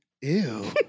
Ew